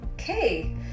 okay